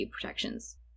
protections